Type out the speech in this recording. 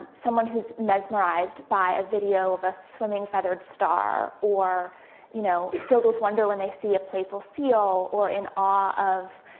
someone who's mesmerized by a video of a swimming feather star, or you know, filled with wonder when they see a playful seal, or in awe of,